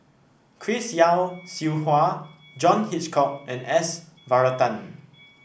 Chris Yeo Siew Hua John Hitchcock and S Varathan